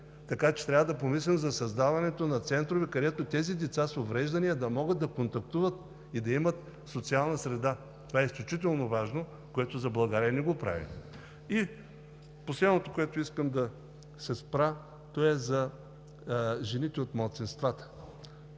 Така че трябва да помислим за създаването на центрове, където тези деца с увреждания да могат да контактуват и да имат социална среда. Това е изключително важно, което не го правим за България. Последното, на което искам да се спра, е за жените от малцинствата.